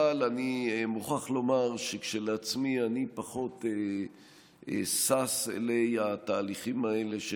אבל אני מוכרח לומר שכשלעצמי אני פחות שש אלי התהליכים האלה של